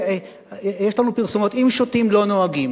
יש לנו פרסומות, "אם שותים לא נוהגים".